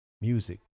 music